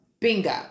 Bingo